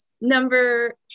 Number